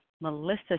Melissa